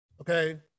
okay